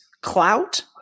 clout